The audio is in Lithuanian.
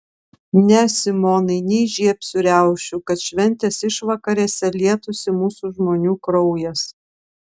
ne simonai neįžiebsiu riaušių kad šventės išvakarėse lietųsi mūsų žmonių kraujas